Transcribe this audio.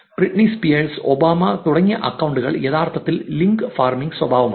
Britney Spears Obama തുടങ്ങിയ അക്കൌണ്ടുകൾ യഥാർത്ഥത്തിൽ ലിങ്ക് ഫാർമിംഗ് സ്വഭാവമുണ്ട്